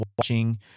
watching